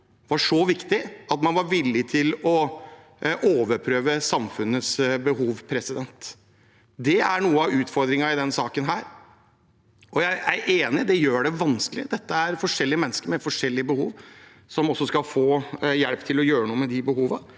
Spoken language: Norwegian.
var så viktige at man var villig til å overprøve samfunnets behov. Det er noe av utfordringen i denne saken, og jeg er enig i at det gjør det vanskelig. Dette er forskjellige mennesker med forskjellige behov, som skal få hjelp til å gjøre noe med de behovene.